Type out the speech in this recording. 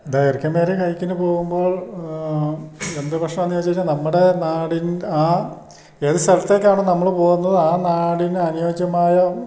ദൈർഘ്യമേറിയ ഹൈക്കിനു പോകുമ്പോൾ എന്തു പ്രശ്നമാണെന്നു ചോദിച്ചു കഴിഞ്ഞാൽ നമ്മുടെ നാടിൻ ആ ഏതു സ്ഥലത്തേക്കാണ് നമ്മൾ പോകുന്നത് ആ നാടിന് അനുയോജ്യമായ